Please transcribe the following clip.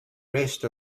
rest